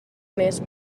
més